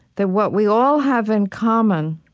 that what we all have in common